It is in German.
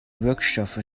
wirkstoffe